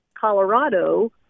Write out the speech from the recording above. Colorado